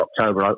October